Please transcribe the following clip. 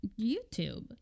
YouTube